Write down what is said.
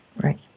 Right